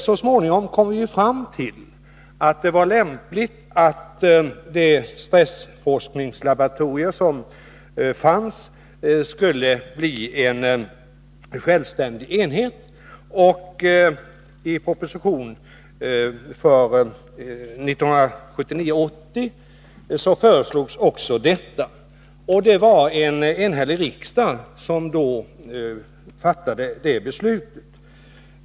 Så småningom kom vi fram till att det var lämpligt att det stressforskningslaboratorium som fanns blev en självständig enhet. I en proposition 1979/80 föreslogs också detta. Det var en enhällig riksdag som fattade beslut om det.